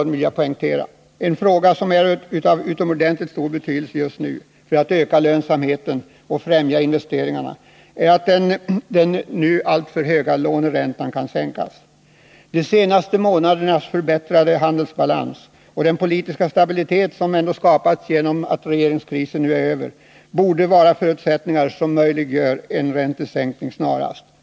En sak som är av utomordentligt stor betydelse för att öka lönsamheten och främja investeringarna är att den nu alltför höga låneräntan kan sänkas. De senaste månadernas förbättrade handelsbalans och den politiska stabilitet som har skapats genom att regeringskrisen nu är över borde vara förutsättningar som möjliggör en räntesänkning snarast.